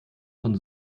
von